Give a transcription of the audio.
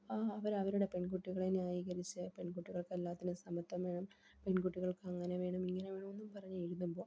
ആ അവർ അവരുടെ പെൺകുട്ടികളെ ന്യായീകരിച്ച് പെൺകുട്ടികൾക്ക് എല്ലാത്തിനും സമത്വം വേണം പെൺകുട്ടികൾക്ക് അങ്ങനെ വേണം ഇങ്ങനെ വേണമെന്നും പറഞ്ഞ് എഴുതുമ്പോൾ